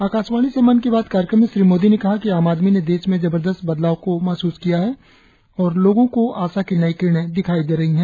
आकाशावाणी से मन की बात कार्यक्रम में श्री मोदी ने कहा कि आम आदमी ने देश में जबरदस्त बदलाव को महसूस किया है और लोगों को आशा की नई किरणें दिखाई दे रही हैं